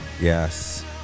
Yes